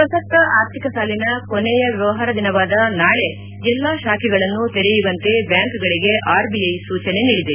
ಪ್ರಸಕ್ತ ಆರ್ಥಿಕ ಸಾಲಿನ ಕೊನೆಯ ವ್ಲವಹಾರ ದಿನವಾದ ನಾಳೆ ಎಲ್ಲಾ ಶಾಖೆಗಳನ್ನು ತೆರೆಯುವಂತೆ ಬ್ಲಾಂಕ್ಗಳಿಗೆ ಆರ್ಬಿಐ ಸೂಚನೆ ನೀಡಿದೆ